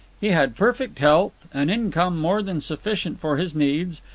he had perfect health, an income more than sufficient for his needs,